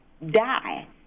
Die